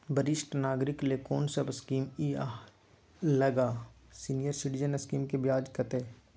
वरिष्ठ नागरिक ल कोन सब स्कीम इ आहाँ लग आ सीनियर सिटीजन स्कीम के ब्याज कत्ते इ?